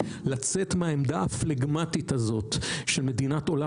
לצאת מן העמדה הפלגמטית הזאת של מדינת עולם